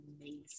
amazing